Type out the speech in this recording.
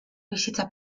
bizitza